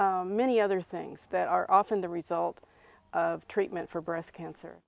many other things that are often the result of treatment for breast cancer